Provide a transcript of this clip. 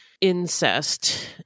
incest